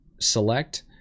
Select